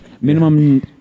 minimum